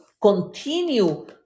continue